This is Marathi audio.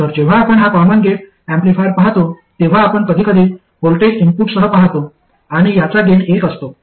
तर जेव्हा आपण हा कॉमन गेट एम्पलीफायर पाहतो तेव्हा आपण कधीकधी व्होल्टेज इनपुटसह पाहतो आणि याचा गेन एक असतो